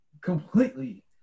completely